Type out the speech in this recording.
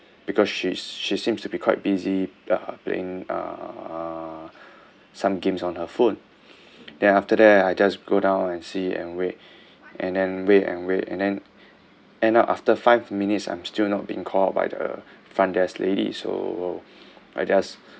because she's she seems to be quite busy uh playing uh some games on her phone then after that I just go down and sit and wait and then wait and wait and then end up after five minutes I'm still not being called by the front desk lady so I just